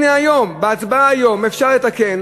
הנה היום, בהצבעה היום אפשר לתקן